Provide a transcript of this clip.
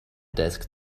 desk